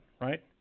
right